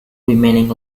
remaining